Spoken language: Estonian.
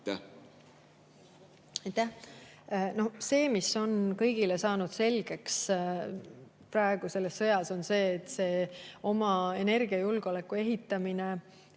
See, mis on kõigile saanud selgeks selles sõjas, on see, et oma energiajulgeoleku ehitamine